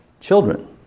children